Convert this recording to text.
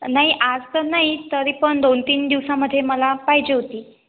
नाही आज तर नाही तरी पण दोन तीन दिवसामध्ये मला पाहिजे होती